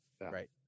right